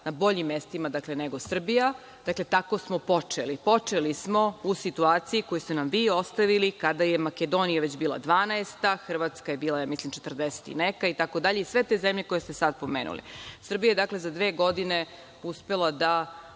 na boljim mestima nego Srbija. Dakle, tako smo počeli. Počeli smo u situaciji koju ste nam vi ostavili, kada je Makedonija već bila 12, Hrvatska je bila mislim četrdeset i neka, itd i sve te zemlje koje ste sada pomenuli. Srbija je, dakle za dve godine uspela da,